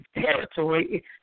territory